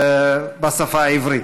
בשפה העברית.